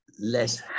less